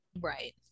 right